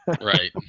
Right